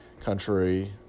country